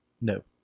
No